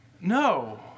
No